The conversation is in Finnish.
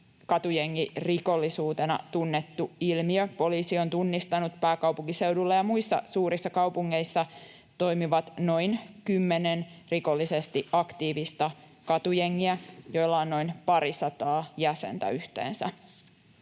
katujengirikollisuutena tunnettu ilmiö. Poliisi on tunnistanut pääkaupunkiseudulla ja muissa suurissa kaupungeissa toimivat noin kymmenen rikollisesti aktiivista katujengiä, joilla on noin parisataa jäsentä yhteensä.